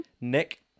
Nick